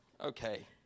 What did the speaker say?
Okay